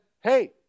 hey